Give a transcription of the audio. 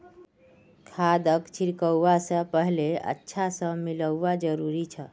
खादक छिड़कवा स पहले अच्छा स मिलव्वा जरूरी छ